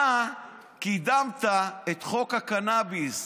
אתה קידמת את חוק הקנביס.